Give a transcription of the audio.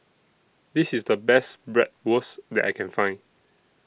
This IS The Best Bratwurst that I Can Find